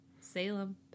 Salem